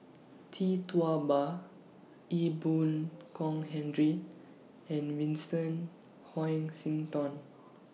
Tee Tua Ba Ee Boon Kong Henry and Vincent Hoisington